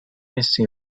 messi